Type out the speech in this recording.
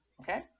okay